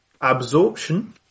absorption